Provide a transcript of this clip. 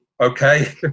okay